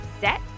set